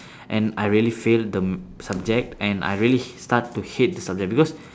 and I really fail the subject and I really start to hate the subject because